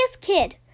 kid